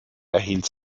erhielt